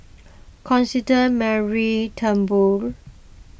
Constance Mary Turnbull